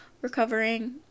recovering